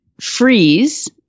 freeze